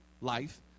life